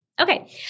Okay